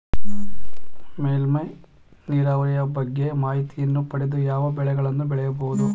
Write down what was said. ಮೇಲ್ಮೈ ನೀರಾವರಿಯ ಬಗ್ಗೆ ಮಾಹಿತಿಯನ್ನು ಪಡೆದು ಯಾವ ಬೆಳೆಗಳನ್ನು ಬೆಳೆಯಬಹುದು?